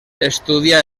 estudià